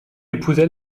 épousa